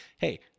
hey